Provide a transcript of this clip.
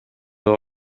door